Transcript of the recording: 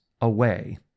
away